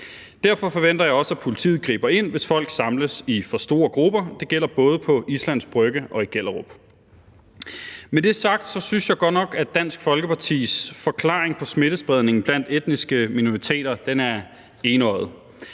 Derfor forventer jeg også, at politiet griber ind, hvis folk samles i for store grupper – det gælder både på Islands Brygge og i Gellerup. Med det sagt synes jeg godt nok, at Dansk Folkepartis forklaring på smittespredningen blandt etniske minoriteter er enøjet.